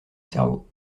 cerveau